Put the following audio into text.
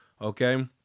Okay